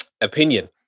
opinion